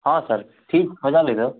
ହଁ ସାର୍ ଠିକ୍ ହଜାର ଲେଲୋ